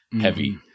heavy